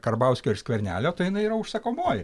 karbauskio ir skvernelio tai jinai yra užsakomoji